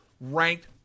ranked